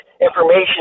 information